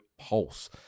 Pulse